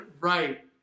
right